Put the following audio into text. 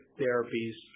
therapies